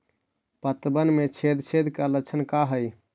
पतबन में छेद छेद के लक्षण का हइ?